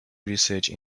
research